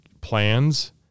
plans